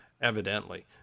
Evidently